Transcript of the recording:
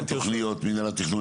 מינהל התכנון,